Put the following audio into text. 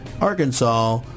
Arkansas